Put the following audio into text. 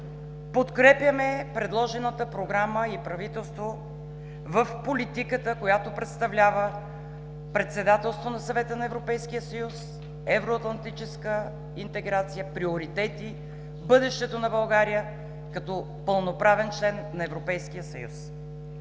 подкрепяме предложената програма и правителство в политиката, която представлява председателство на Съвета на Европейския съюз, евроатлантическа интеграция, приоритети, бъдещето на България като пълноправен член на Европейския съюз.